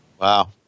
Wow